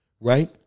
right